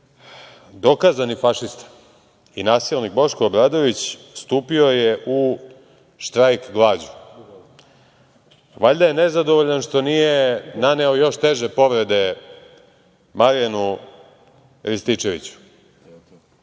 stvari. Dokazani fašista i nasilnik Boško Obradović stupio je u štrajk glađu. Valjda je nezadovoljan što nije naneo još teže povrede Marijanu Rističeviću.